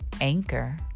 anchor